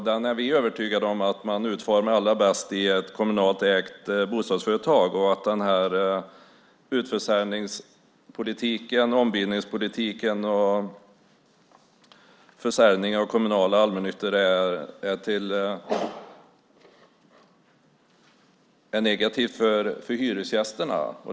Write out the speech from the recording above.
Där är vi övertygade om att det gör man allra bäst i ett kommunalt ägt bostadsföretag och att utförsäljningspolitiken, ombildningspolitiken och försäljningen av kommunala och allmännyttiga bostäder är negativt för hyresgästerna.